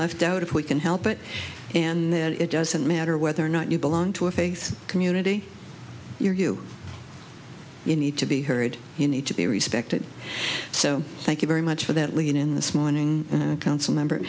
left out if we can help it and that it doesn't matter whether or not you belong to a faith community your you you need to be heard you need to be respected so thank you very much for that lean in this morning a council member